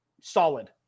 solid